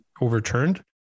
overturned